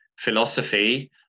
philosophy